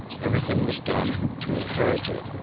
everything was done to encourage it,